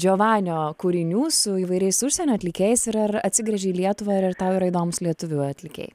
džiovanio kūrinių su įvairiais užsienio atlikėjais ir ar atsigręži į lietuvą ir ar tau yra įdomūs lietuvių atlikėjai